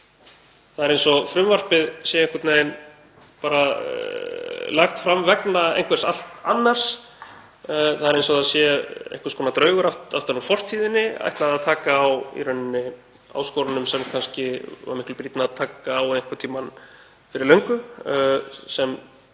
Það er eins og frumvarpið sé einhvern veginn bara lagt fram vegna einhvers allt annars. Það er eins og það sé einhvers konar draugur aftan úr fortíðinni, ætlað að taka á í rauninni áskorunum sem kannski var miklu brýnna að taka á einhvern tímann fyrir löngu sem